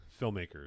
filmmakers